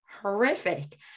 Horrific